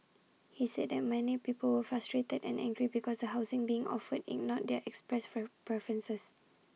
he said that many people were frustrated and angry because the housing being offered ignored their expressed for preferences